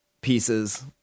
pieces